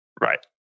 Right